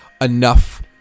enough